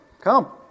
come